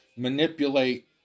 Manipulate